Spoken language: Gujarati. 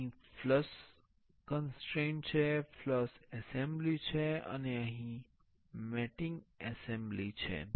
અહીં ફ્લશ ક્ન્સ્ટ્રેઇન છે ફ્લશ એસેમ્બલી છે અને અહીં મેટિંગ એસેમ્બલી છે